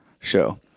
show